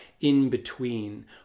in-between